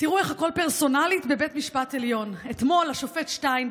תראו איך הכול פרסונלי בבית המשפט העליון: אתמול השופט שטיין,